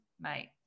mate